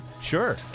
sure